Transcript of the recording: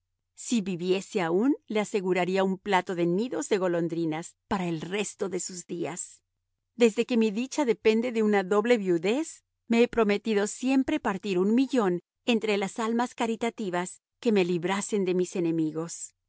si viviese aún le aseguraría un plato de nidos de golondrinas para el resto de sus días desde que mi dicha depende de una doble viudez me he prometido siempre partir un millón entre las almas caritativas que me librasen de mis enemigos